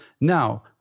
Now